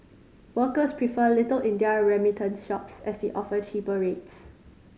workers prefer Little India remittance shops as they offer cheaper rates